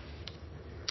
er